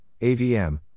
AVM